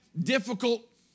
difficult